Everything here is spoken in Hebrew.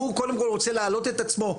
הוא קודם כל רוצה להעלות את עצמו,